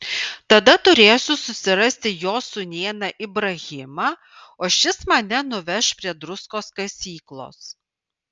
tada turėsiu susirasti jo sūnėną ibrahimą o šis mane nuveš prie druskos kasyklos